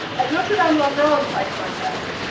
at notre dame la grande by contrast,